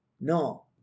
No